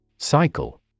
Cycle